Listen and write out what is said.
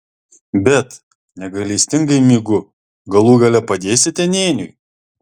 bet negailestingai mygu galų gale padėsite nėniui